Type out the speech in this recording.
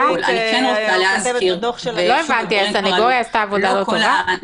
לא הבנתי הסניגוריה עשתה עבודה לא טובה?